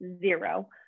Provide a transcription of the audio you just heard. zero